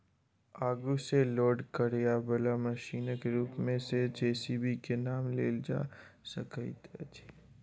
आगू सॅ लोड करयबाला मशीनक रूप मे जे.सी.बी के नाम लेल जा सकैत अछि